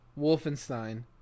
Wolfenstein